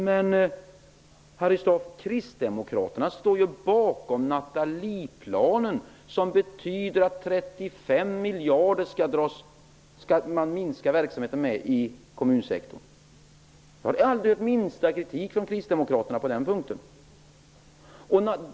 Men, Harry Staaf, Kristdemokraterna står ju bakom Nathalieplanen, som betyder att man skall minska anslagen för verksamheten inom kommunsektorn med 35 miljarder kronor. Jag har aldrig hört minsta kritik från Kristdemokraterna på den punkten.